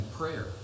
prayer